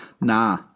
nah